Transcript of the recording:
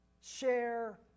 share